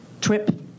trip